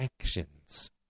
actions